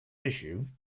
issue